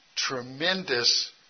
tremendous